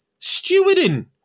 stewarding